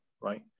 right